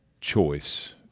choice